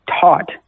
taught